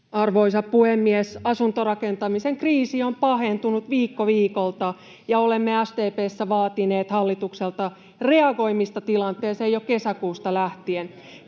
Arvoisa puhemies! Asuntorakentamisen kriisi on pahentunut viikko viikolta, ja olemme SDP:ssä vaatineet hallitukselta reagoimista tilanteeseen jo kesäkuusta lähtien.